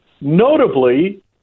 notably